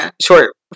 short